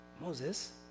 Moses